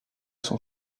son